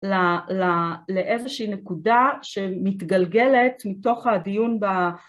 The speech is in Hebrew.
לאיזושהי נקודה שמתגלגלת מתוך הדיון